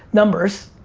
numbers,